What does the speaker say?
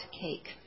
cake